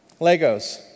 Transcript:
Legos